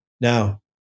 Now